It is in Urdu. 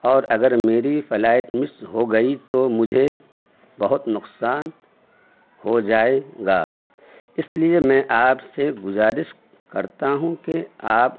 اور اگر میری فلائٹ مس ہو گئی تو مجھے بہت نقصان ہو جائے گا اس لیے میں آپ سے گزارش کرتا ہوں کہ آپ